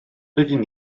rydyn